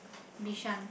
Bishan